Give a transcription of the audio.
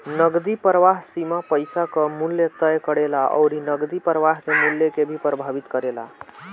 नगदी प्रवाह सीमा पईसा कअ मूल्य तय करेला अउरी नगदी प्रवाह के मूल्य के भी प्रभावित करेला